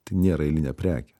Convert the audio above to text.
tai nėra eilinė prekė